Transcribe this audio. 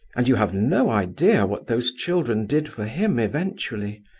and you have no idea what those children did for him, eventually.